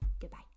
Goodbye